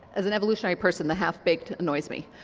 as an evolutionary person the half-baked annoys me,